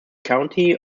county